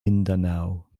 mindanao